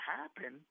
happen